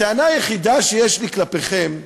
הטענה היחידה שיש לי כלפיכם,